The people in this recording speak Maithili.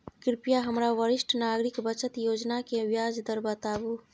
कृपया हमरा वरिष्ठ नागरिक बचत योजना के ब्याज दर बताबू